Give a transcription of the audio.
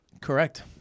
Correct